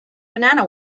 banana